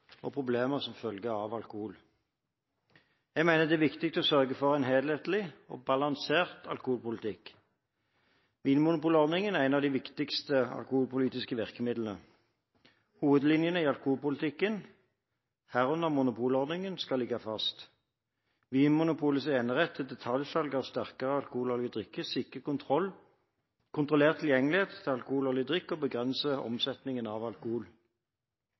og problemer som følge av alkoholbruk. Jeg mener det er viktig å sørge for en helhetlig og balansert alkoholpolitikk. Vinmonopolordningen er et av de viktigste alkoholpolitiske virkemidlene. Hovedlinjene i alkoholpolitikken, herunder monopolordningen, skal ligge fast. Vinmonopolets enerett til detaljsalg av sterkere alkoholholdig drikke sikrer kontroll, kontrollert tilgjengelighet til alkoholholdig drikk, og begrenser omsetningen av alkohol.